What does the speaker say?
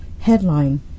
Headline